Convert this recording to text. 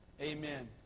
amen